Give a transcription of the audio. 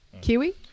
Kiwi